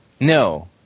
No